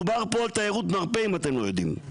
מדובר פה בתיירות מרפא, אם אתם לא יודעים.